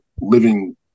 living